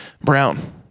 brown